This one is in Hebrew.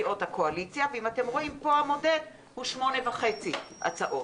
סיעות הקואליציה והמודד הוא הוא 8.5 הצעות.